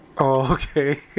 okay